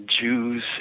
Jews